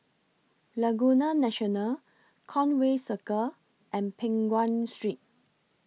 Laguna National Conway Circle and Peng Nguan Street